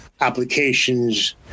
applications